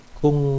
kung